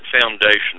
foundation